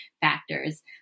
factors